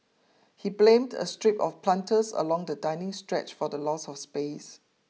he blamed a strip of planters along the dining stretch for the loss of space